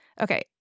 Okay